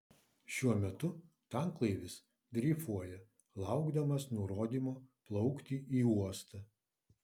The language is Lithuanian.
šiuo metu tanklaivis dreifuoja laukdamas nurodymo plaukti į uostą